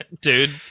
dude